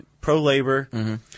pro-labor